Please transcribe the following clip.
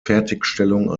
fertigstellung